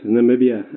Namibia